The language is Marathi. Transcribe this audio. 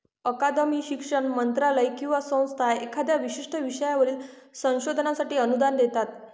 अकादमी, शिक्षण मंत्रालय किंवा संस्था एखाद्या विशिष्ट विषयावरील संशोधनासाठी अनुदान देतात